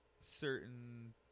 certain